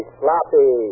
sloppy